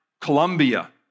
Colombia